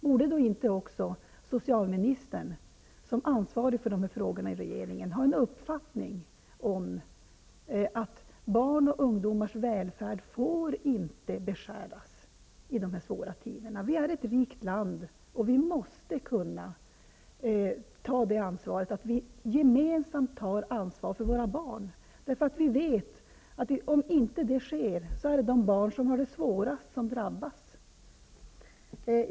Borde inte socialministern, som ansvarig för dessa frågor i då regeringen, ha en uppfattning om att barn och ungdomars välfärd inte får beskäras i dessa svåra tider? Sverige är ett rikt land, och vi måste gemensamt ta ansvar för våra barn. Vi vet att det annars är de barn som har det svårast som drabbas.